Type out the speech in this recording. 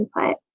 input